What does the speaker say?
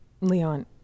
Leon